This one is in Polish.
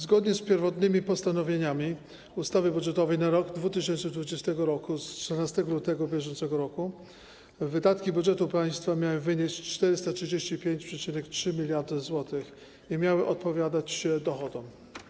Zgodnie z pierwotnymi postanowieniami ustawy budżetowej na rok 2020 z 14 lutego br. wydatki budżetu państwa miały wynieść 435,3 mld zł i miały odpowiadać dochodom.